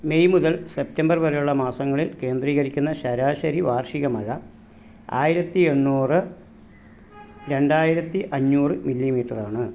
May മുതൽ September വരെയുള്ള മാസങ്ങളിൽ കേന്ദ്രീകരിക്കുന്ന ശരാശരി വാർഷിക മഴ ആയിരത്തി എണ്ണൂറ് രണ്ടായിരത്തി അഞ്ഞൂറ് മില്ലിമീറ്ററാണ്